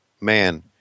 man